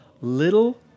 little